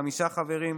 חמישה חברים,